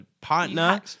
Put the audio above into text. partner